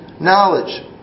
knowledge